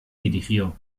dirigió